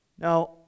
Now